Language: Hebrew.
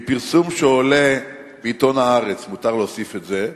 מפרסום בעיתון "הארץ" מותר להוסיף את זה,